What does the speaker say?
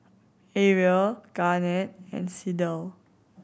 Ariel Garnett and Sydell